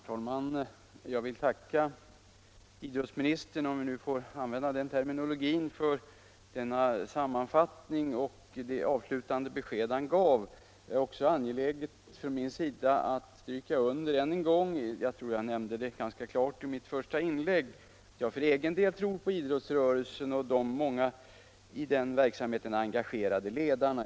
Herr talman! Jag vill tacka idrottsministern — om jag nu får använda den termen — för denna sammanfattning och det avslutande besked han gav. Det är också angeläget för mig att än en gång stryka under — jag tror jag nämnde det ganska klart i mitt första inlägg — att jag för egen del tror på idrottsrörelsen och de många i den verksamheten engagerade ledarna.